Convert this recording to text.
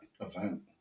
event